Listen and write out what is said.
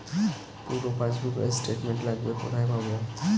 পুরো পাসবুকের স্টেটমেন্ট লাগবে কোথায় পাব?